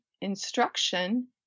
instruction